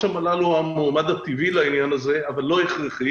מל"ל הוא המועמד הטבעי לעניין הזה אבל לא הכרחי